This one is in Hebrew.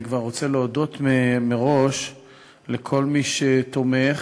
אני כבר רוצה להודות מראש לכל מי שתומך,